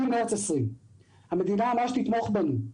ממרץ 2020. המדינה אמרה שתתמוך בנו.